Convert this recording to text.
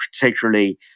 particularly